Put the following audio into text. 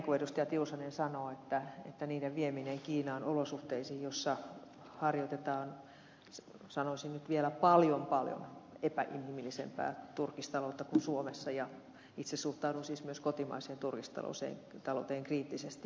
tiusanen sanoo että niiden vieminen kiinaan olosuhteisiin joissa harjoitetaan sanoisin nyt vielä paljon paljon epäinhimillisempää turkistaloutta kuin suomessa itse suhtaudun siis myös kotimaiseen turkistalouteen kriittisesti